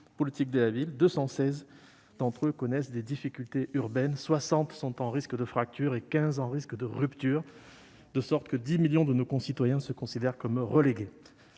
politique de la ville, 216 connaissent des difficultés urbaines, 60 sont en risque de fracture et 15 en risque de rupture, de sorte que 10 millions de nos concitoyens se considèrent comme relégués.